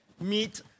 meet